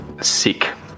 sick